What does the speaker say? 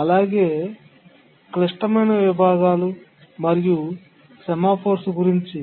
అలాగే క్లిష్టమైన విభాగాలు మరియు సెమాఫోర్స్ గురించి